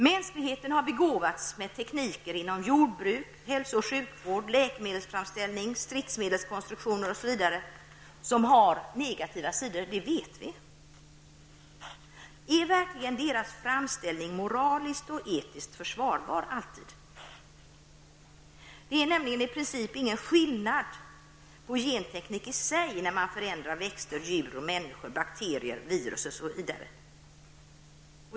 Mänskligheten har begåvats med tekniker inom jordbruk, hälso och sjukvård, läkemedelsframställning, stridsmedelskonstruktioner osv. Vi vet att dessa tekniker har negativa sidor. Är verkligen dessa framställningsmetoder alltid moraliskt och etiskt försvarbara? Det är nämligen i princip ingen skillnad på olika gentekniker, med vilka man förändrar växter, djur, människor, bakterier, virus osv.